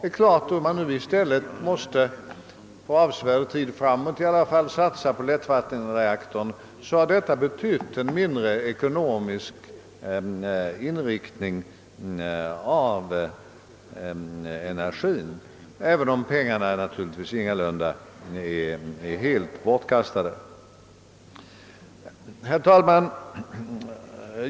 Om man nu i stället, åtminstone för avsevärd tid framåt, måste satsa på lättvattenreaktorn för de nya anläggningarna innebär detta att mycket arbete tidigare givits en mindre ekonomisk inriktning, även om pengarna naturligtvis ingalunda är helt bortkastade.